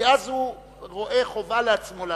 כי אז הוא רואה חובה לעצמו להשיב.